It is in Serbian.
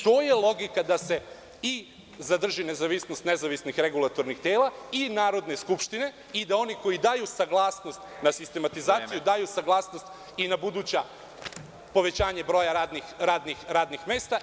To je logika da se zadrži i nezavisnost nezavisnih regulatornih tela i Narodne skupštine i da oni koji daju saglasnost na sistematizaciju, daju saglasnost i na buduća povećanja broja radnih mesta.